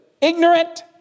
ignorant